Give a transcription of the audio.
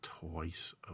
twice